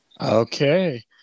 Okay